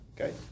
Okay